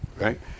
Right